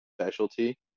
specialty